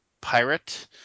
Pirate